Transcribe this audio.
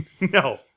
No